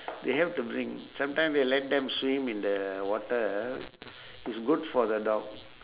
they have to bring sometimes they let them swim in the water ah it's good for the dog